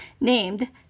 named